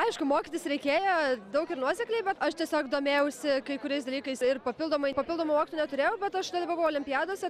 aišku mokytis reikėjo daug ir nuosekliai bet aš tiesiog domėjausi kai kuriais dalykais ir papildomai papildomų mokytojų neturėjau bet aš dalyvavau olimpiadose